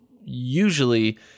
usually